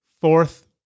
fourth